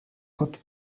kot